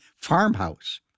farmhouse